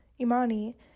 Imani